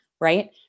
right